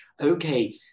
Okay